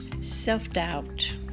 self-doubt